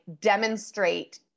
demonstrate